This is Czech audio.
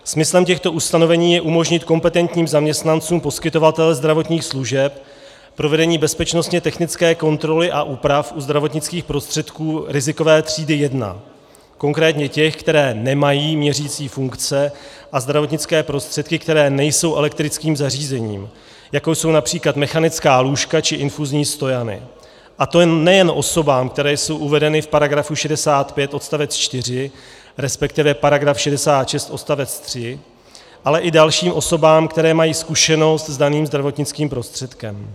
Smyslem těchto ustanovení je umožnit kompetentním zaměstnancům poskytovatele zdravotních služeb provedení bezpečnostně technické kontroly a úprav u zdravotnických prostředků rizikové třídy jedna, konkrétně těch, které nemají měřicí funkce, a zdravotnické prostředky, které nejsou elektrickým zařízením, jako jsou například mechanická lůžka či infuzní stojany, a to nejen osobám, které jsou uvedeny v § 65 odst. 4, resp. § 66 odst. 3, ale i dalším osobám, které mají zkušenost s daným zdravotnickým prostředkem.